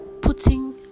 putting